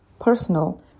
personal